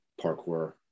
Parkour